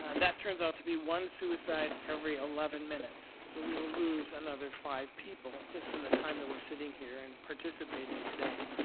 that turns out to be one suicide every eleven minutes, so we will lose another five people just in the time that we're sitting here and participating today.